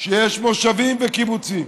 שיש בה מושבים וקיבוצים